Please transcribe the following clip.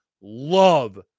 Love